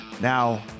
Now